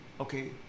okay